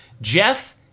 Jeff